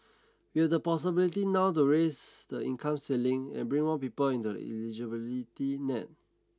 we have the possibility now to raise the income ceiling and bring more people into the eligibility net